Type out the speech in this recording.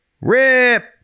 rip